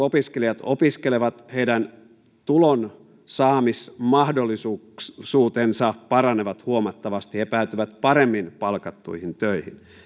opiskelijat opiskelevat heidän tulonsaamismahdollisuutensa paranevat huomattavasti he päätyvät paremmin palkattuihin töihin